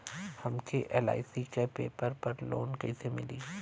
हमके एल.आई.सी के पेपर पर लोन मिली का?